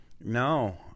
No